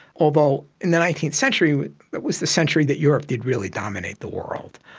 although in the nineteenth century it was the century that europe did really dominate the world.